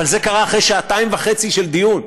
אבל זה קרה אחרי שעתיים וחצי של דיון,